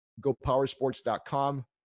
gopowersports.com